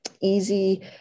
easy